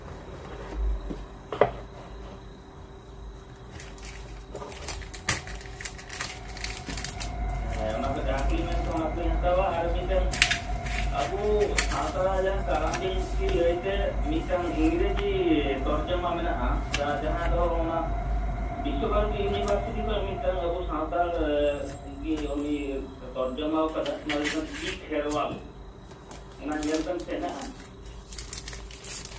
ᱦᱮᱸ ᱚᱱᱟ ᱫᱚ ᱡᱟᱦᱟᱸ ᱠᱚᱞᱤᱧ ᱢᱮᱱ ᱠᱮᱜ ᱚᱱᱟ ᱠᱚᱞᱤᱧ ᱦᱟᱛᱟᱣᱟ ᱟᱨ ᱢᱤᱫᱴᱮᱱ ᱟᱵᱚ ᱥᱟᱶᱛᱟ ᱡᱟᱦᱟᱸ ᱠᱟᱨᱟᱢ ᱵᱤᱱᱛᱤ ᱞᱟᱹᱭᱛᱮ ᱢᱤᱫᱴᱟᱝ ᱤᱝᱨᱮᱹᱡᱤ ᱛᱮᱨᱡᱚᱢᱟ ᱢᱮᱱᱟᱜᱼᱟ ᱡᱟᱦᱟᱸ ᱫᱚ ᱚᱱᱟ ᱵᱤᱥᱥᱚ ᱵᱷᱟᱨᱚᱛᱤ ᱤᱭᱩᱱᱤᱵᱷᱟᱨᱥᱤᱴᱤ ᱠᱷᱚᱡ ᱟᱵᱚ ᱥᱟᱱᱛᱟᱲ ᱜᱮ ᱩᱱᱤᱭ ᱛᱚᱨᱡᱚᱢᱟᱣ ᱠᱟᱫᱟ ᱚᱱᱟ ᱫᱚ ᱦᱩᱭᱩᱜ ᱠᱟᱱᱟ ᱫᱤ ᱠᱷᱮᱨᱣᱟᱞ ᱚᱱᱟ ᱧᱮᱞ ᱵᱮᱱ ᱥᱮ ᱚᱱᱟ ᱦᱮᱱᱟᱜᱼᱟ